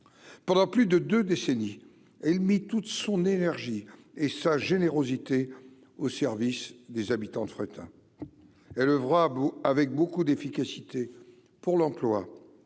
pendant plus de 2 décennies elle mis toute son énergie et sa générosité au service des habitants de Fréthun elle oeuvra bout avec beaucoup d'efficacité pour l'emploi